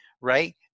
Right